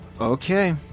Okay